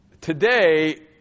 Today